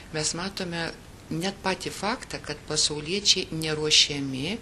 mes matome net patį faktą kad pasauliečiai neruošiami